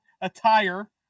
attire